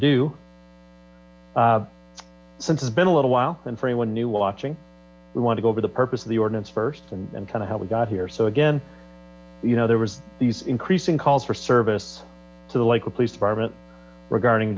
ado since it's been a little while and for anyone new watching we want to go over the purpose of the ordinance first and kind of how we got here so again you know there was these increasing calls for service to the local police department regarding